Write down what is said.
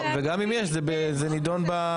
לא, וגם אם יש זה נידון בוועדה.